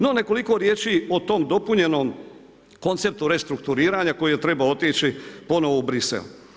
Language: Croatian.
No nekoliko riječi o tom dopunjenom konceptu restrukturiranja koji je trebao otići ponovno u Bruxelles.